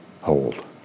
hold